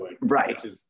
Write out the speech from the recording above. right